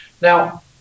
Now